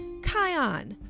Kion